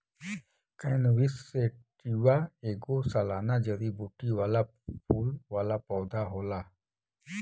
cannabis sativa ऐगो सालाना जड़ीबूटी वाला फूल वाला पौधा होला